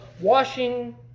washing